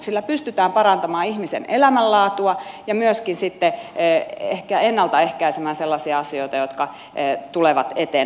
sillä pystytään parantamaan ihmisen elämänlaatua ja myöskin sitten ehkä ennaltaehkäisemään sellaisia asioita jotka tulevat eteen